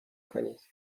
کنید